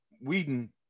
Whedon